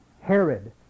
Herod